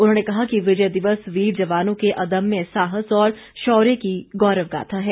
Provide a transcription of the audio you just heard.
उन्होंने कहा कि विजय दिवस वीर जवानों के अदम्य साहस और शौर्य की गौरव गाथा है